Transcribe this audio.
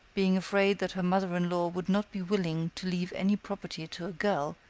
being afraid that her mother-in-law would not be willing to leave any property to a girl,